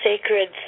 sacred